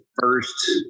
first